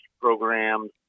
programs